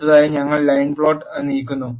അടുത്തതായി ഞങ്ങൾ line plot നീക്കുന്നു